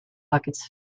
buckets